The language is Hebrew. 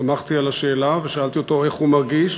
שמחתי על השאלה, ושאלתי אותו איך הוא מרגיש,